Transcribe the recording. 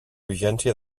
vigència